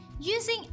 using